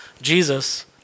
Jesus